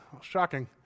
shocking